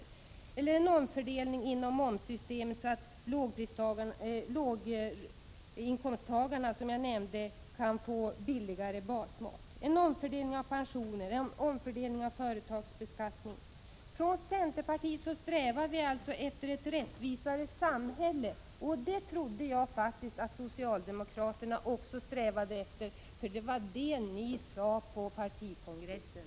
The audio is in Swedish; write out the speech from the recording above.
Är det överbud att vilja göra en omfördelning inom momssystemet, så att låginkomsttagarna kan få billigare basmat, att vilja göra en fördelning av pensioner, en omfördelning av företagsbeskattningen? Centerpartiet strävar efter ett rättvisare samhälle. Det trodde jag faktiskt att socialdemokraterna också strävade efter, för det var vad ni sade på partikongressen.